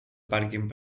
pàrquing